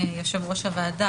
יושב-ראש הוועדה,